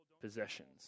possessions